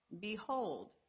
behold